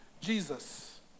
Jesus